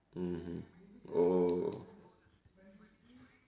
mmhmm oh